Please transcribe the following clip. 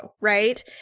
right